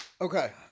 Okay